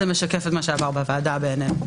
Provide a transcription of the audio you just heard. וזה משקף את מה שעבר בוועדה בעינינו.